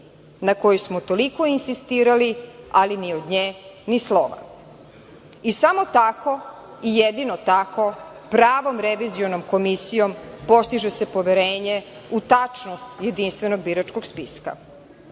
na koju smo toliko insistirali, ali ni od nje ni slova. Samo tako i jedino tako pravom revizionom komisijom postiže se poverenje u tačnost Jedinstvenog biračkog spiska.A